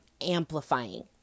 amplifying